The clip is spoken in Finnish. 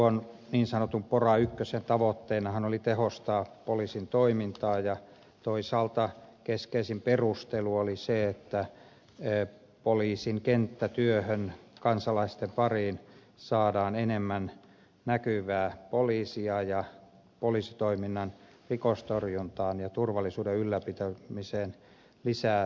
tuon niin sanotun pora in tavoitteenahan oli tehostaa poliisin toimintaa ja toisaalta keskeisin perustelu oli se että poliisin kenttätyöhön kansalaisten pariin saadaan enemmän näkyvää poliisia ja poliisitoiminnan rikostorjuntaan ja turvallisuuden ylläpitämiseen lisää tehokkuutta